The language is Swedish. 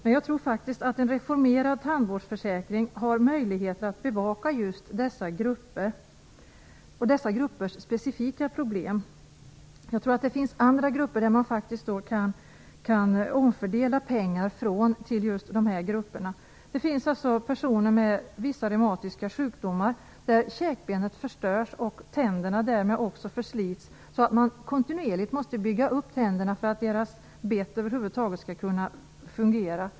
Men jag tror faktiskt att man med hjälp av en reformerad tandvårdsförsäkring kan bevaka sådana grupper och deras specifika problem. Jag tror att det går att omfördela pengar från andra grupper till dessa grupper med problem. Det finns personer med vissa reumatiska sjukdomar och vars käkben förstörs och därmed tänderna förslits. De måste kontinuerligt bygga upp tänderna för att bettet över huvud taget skall fungera.